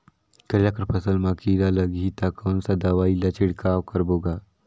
करेला कर फसल मा कीरा लगही ता कौन सा दवाई ला छिड़काव करबो गा?